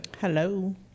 Hello